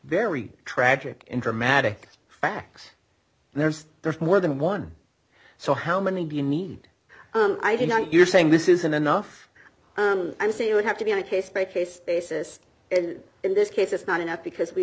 very tragic and dramatic facts there's there's more than one so how many do you need i do not you're saying this isn't enough i'm saying it would have to be on a case by case basis and in this case it's not enough because we